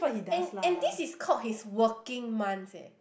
and and this is called his working months eh